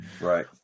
Right